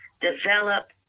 develop